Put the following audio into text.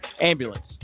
ambulance